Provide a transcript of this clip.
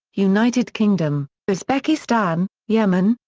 united kingdom, uzbekistan, yemen,